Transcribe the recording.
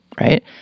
right